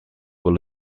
were